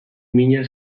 mina